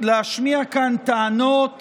להשמיע כאן טענות